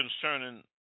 concerning